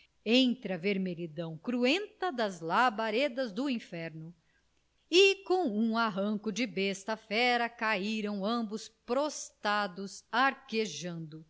entre a vermelhidão cruenta das labaredas do inferno e com um arranco de besta fera caíram ambos prostrados arquejando